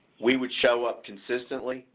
we would show up consistently,